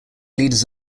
leaders